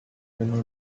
venue